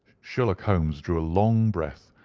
sherlock holmes drew a long breath,